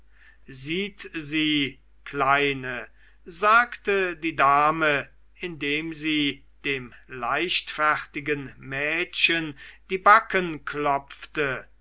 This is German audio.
sieht sie kleine sagte die dame indem sie dem leichtfertigen mädchen die backen klopfte